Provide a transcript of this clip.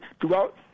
throughout